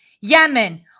Yemen